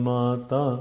Mata